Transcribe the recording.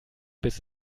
biss